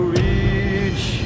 reach